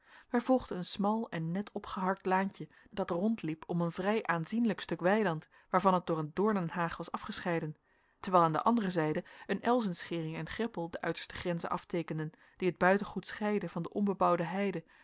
wij volgden een smal en net opgeharkt laantje dat rondliep om een vrij aanzienlijk stuk weiland waarvan het door een doornenhaag was afgescheiden terwijl aan de andere zijde een elzenschering en greppel de uiterste grenzen afteekenden die het buitengoed scheidden van de onbebouwde heide